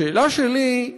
השאלה שלי: